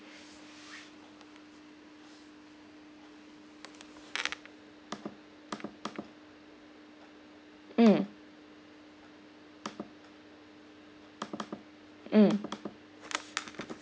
mm mm